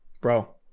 Bro